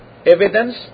evidence